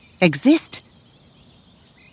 exist